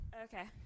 Okay